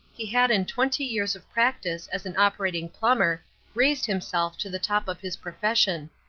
he had in twenty years of practice as an operating plumber raised himself to the top of his profession.